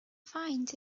finds